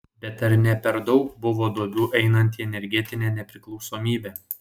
bet ar ne per daug buvo duobių einant į energetinę nepriklausomybę